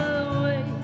away